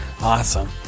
awesome